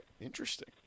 Interesting